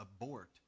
abort